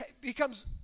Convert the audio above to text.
becomes